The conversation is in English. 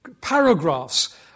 paragraphs